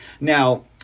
now